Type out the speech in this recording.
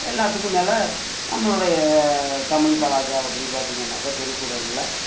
எல்லாத்துக்கும் மேலே நம்மளுடைய தமிழ் கலாச்சாரப்படி பார்த்தீங்கன்னக்கா திருக்குறளில்